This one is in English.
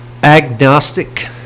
Agnostic